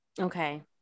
Okay